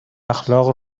اخلاق